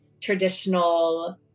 traditional